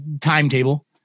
timetable